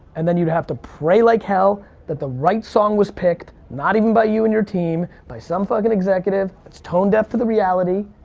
and then you have to prey like hell that the right song was picked. not even by you and your team, by some fucking executive that's toned up to the reality.